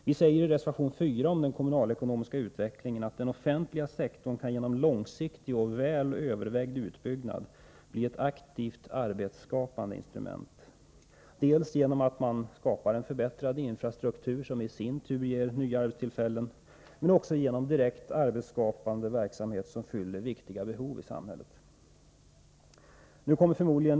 Vi säger i reservation 4 om den kommunalekonomiska utvecklingen att den offentliga sektorn genom långsiktig och väl övervägd utbyggnad kan bli ett aktivt, arbetsskapande instrument. Detta kan ske dels genom att man skapar en förbättrad infrastruktur, som i sin tur ger nya arbetstillfällen, dels också genom direkt arbetsskapande verksamhet som fyller viktiga behov i samhället.